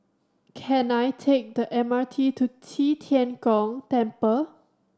can I take the M R T to Qi Tian Gong Temple